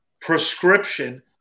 prescription